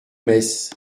metz